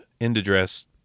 end-address